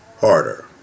harder